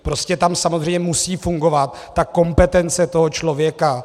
Prostě tam samozřejmě musí fungovat kompetence toho člověka.